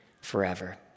forever